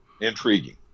intriguing